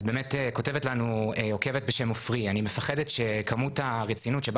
אז כותבת לנו עוקבת בשם עופרי: "אני מפחדת שכמות הרצינות שבה